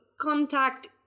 contact